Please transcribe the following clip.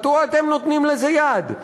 מדוע אתם נותנים לזה יד?